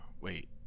wait